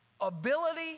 ability